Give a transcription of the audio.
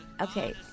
Okay